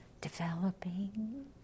developing